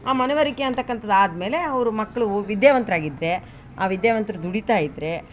ಆ ಮನವರಿಕೆ ಅಂತಕ್ಕಂಥದ್ ಆದಮೇಲೆ ಅವ್ರ ಮಕ್ಳಳು ವಿದ್ಯಾವಂತ್ರು ಆಗಿದ್ರೆ ಆ ವಿದ್ಯಾವಂತ್ರು ದುಡೀತ ಇದ್ರೆ